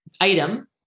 item